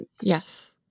Yes